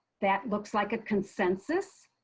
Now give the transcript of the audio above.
that looks like a consensus.